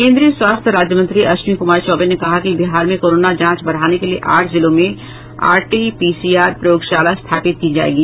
केंद्रीय स्वास्थ्य राज्यमंत्री अश्विनी कुमार चौबे ने कहा है कि बिहार में कोरोना जांच बढ़ाने के लिए आठ जिलों में आरटी पीसीआर प्रयोगशालाएं स्थापित की जाएंगी